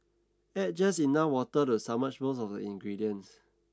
add just enough water to submerge most of the ingredients